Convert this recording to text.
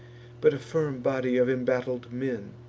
but a firm body of embattled men.